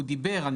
הוא דיבר.